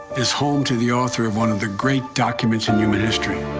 is home to the author of one of the great documents in human history.